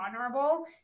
vulnerable